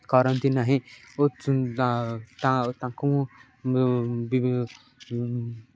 କରନ୍ତି ନାହିଁ ଓ ତାଙ୍କୁ ମୁଁ